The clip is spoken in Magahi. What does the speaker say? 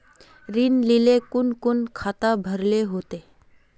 ऋण लेल कोन कोन खाता भरेले होते?